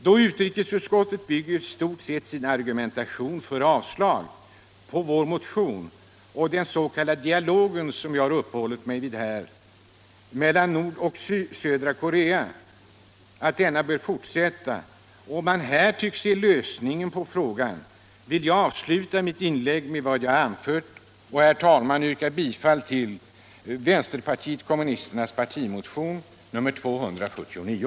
Då utrikesutskottet i stort sett bygger sin argumentation för avslag på vår motion på att den s.k. dialogen mellan norra Korea och södra Korea bör fortsätta, och då man här tycks se lösningen på frågan, så vill jag sluta mitt inlägg med vad jag nu har anfört och yrka bifall till vänsterpartiet kommunisternas partimotion 249.